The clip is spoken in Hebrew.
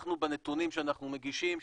בנתונים שאנחנו מגישים,